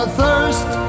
thirst